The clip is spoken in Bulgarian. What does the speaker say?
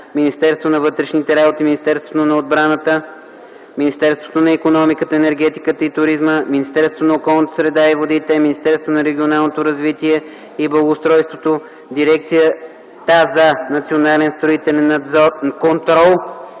Министерството на вътрешните работи, Министерството на отбраната, Министерството на икономиката, енергетиката и туризма, Министерството на околната среда и водите, Министерството на регионалното развитие и благоустройството, Дирекцията за национален строителен контрол,